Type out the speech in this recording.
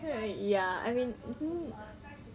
kan ya I mean